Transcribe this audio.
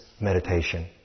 meditation